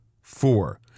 Four